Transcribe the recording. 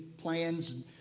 Plans